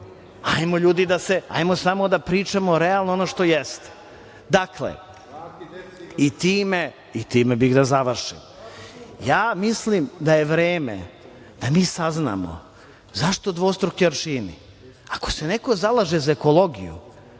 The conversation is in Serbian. postoji. Hajmo samo da pričamo realno ono što jeste. Dakle, i time bih da završim, ja mislim da je vreme da mi saznamo zašto dvostruki aršini. Ako se neko zalaže za ekologiju,